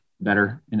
better